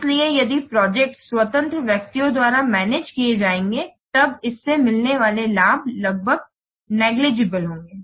इसलिए यदि प्रोजेक्ट्स स्वतंत्र व्यक्तियों द्वारा मैनेज किये जायेंगे तब इससे मिलने वाले लाभ लगभग नेग्लिजिब्ले होंगे